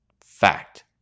fact